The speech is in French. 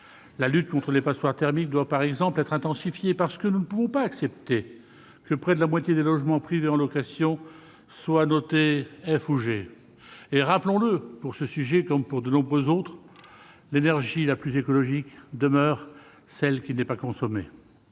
La lutte contre les passoires thermiques doit, par exemple, être intensifiée, parce que nous ne pouvons accepter que près de la moitié des logements privés en location soient notés F ou G. Rappelons-le, en la matière, l'énergie la plus écologique demeure celle qui n'est consommée.